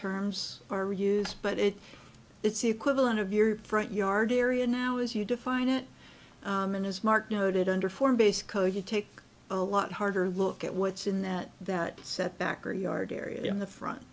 terms are used but it it's the equivalent of your front yard area now as you define it as mark noted under four base code you take a lot harder look at what's in that that set back or yard area in the front